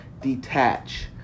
detach